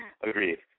Agreed